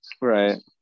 Right